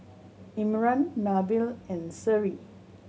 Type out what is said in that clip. Imran Nabil and Seri